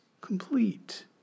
complete